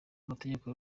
amategeko